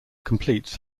completes